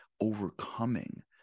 overcoming